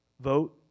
Vote